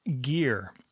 gear